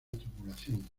tripulación